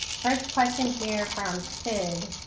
first question here from said,